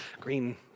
green